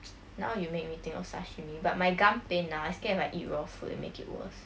now you make me think of sashimi but my gum pain now I scared if I eat raw food it make it worse